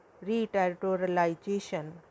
re-territorialization